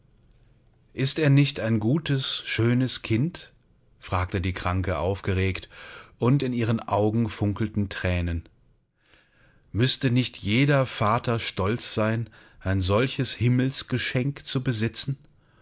ist er nicht ein gutes schönes kind fragte die kranke aufgeregt und in ihren augen funkelten thränen müßte nicht jeder vater stolz sein ein solches himmelsgeschenk zu besitzen